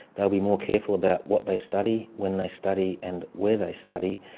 they'll be more careful about what they study, when they study and where they study.